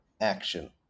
action